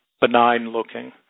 benign-looking